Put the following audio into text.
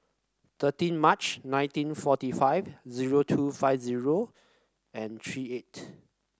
thirteen March nineteen forty five zero two five zero and three eight